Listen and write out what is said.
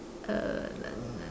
uh